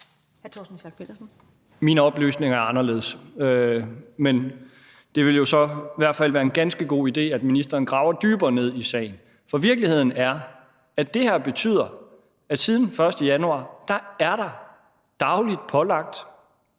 Torsten Schack Pedersen (V): Mine oplysninger er anderledes, men det vil jo så i hvert fald være en ganske god idé, at ministeren graver dybere ned i sagen. For virkeligheden er, at det her betyder, at der siden den 1. januar dagligt er pålagt